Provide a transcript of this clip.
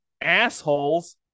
assholes